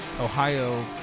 Ohio